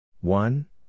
One